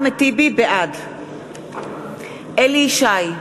בעד אליהו ישי,